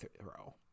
throw